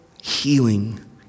healing